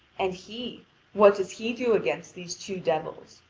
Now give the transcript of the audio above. and he what does he do against these two devils?